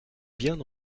bien